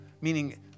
Meaning